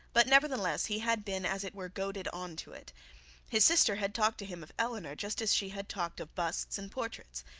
but nevertheless he had been as it were goaded on to it his sister had talked to him of eleanor, just as she had talked of busts and portraits.